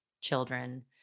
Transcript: children